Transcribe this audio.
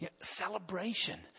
celebration